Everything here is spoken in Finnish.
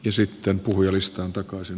sitten puhujalistaan takaisin